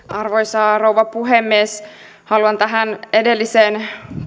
arvoisa rouva puhemies haluan edellisen